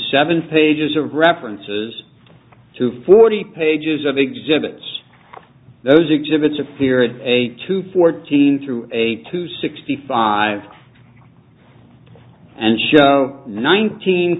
seven pages of references to forty pages of exhibits those exhibits appeared eight to fourteen through eight to sixty five and show nineteen